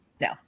no